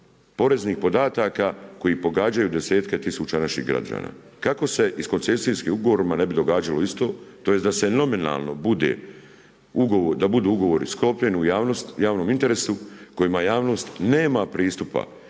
poreznih podataka koji pogađaju desetke tisuća naših građana. Kako se i sa koncesijskim ugovorima ne bi događalo isto, tj. da se nominalno budu ugovori sklopljeni u javnost, javnom interesu, kojima javnost nema pristupa,